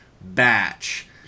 Batch